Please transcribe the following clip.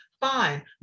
Fine